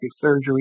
surgery